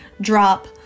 drop